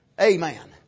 Amen